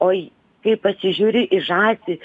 oj kaip pasižiūri į žąsį